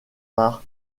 par